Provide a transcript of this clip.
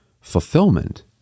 fulfillment